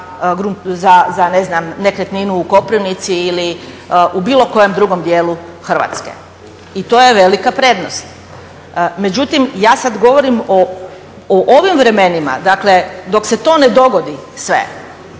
znam nekretninu u Koprivnici ili u bilo kojem drugom dijelu Hrvatske. I to je velika prednost. Međutim, ja sad govorim o ovim vremenima. Dakle, dok se to ne dogodi sve